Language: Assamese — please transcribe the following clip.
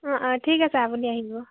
অ অ ঠিক আছে আপুনি আহিব